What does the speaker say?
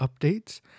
updates